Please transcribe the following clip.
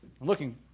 Looking